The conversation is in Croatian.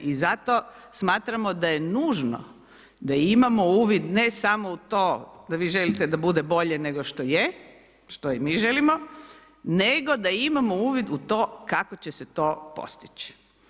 I zato smatramo da je nužno da imamo uvid u ne samo u to, da vi želite da bude bolje nego što je, što i mi želimo, nego da imamo uvid u to kako će se to postići.